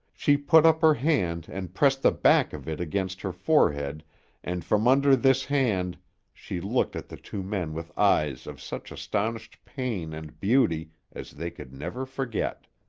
she put up her hand and pressed the back of it against her forehead and from under this hand she looked at the two men with eyes of such astonished pain and beauty as they could never forget.